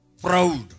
proud